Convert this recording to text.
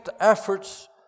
efforts